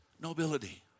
nobility